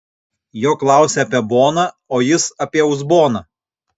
jo klausia apie boną o jis apie uzboną